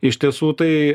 iš tiesų tai